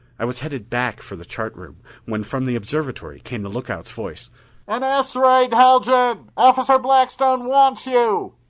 i was headed back for the chart room when from the observatory came the lookout's voice an asteroid, haljan! officer blackstone wants you.